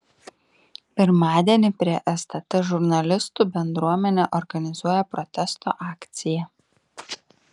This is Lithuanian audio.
pirmadienį prie stt žurnalistų bendruomenė organizuoja protesto akciją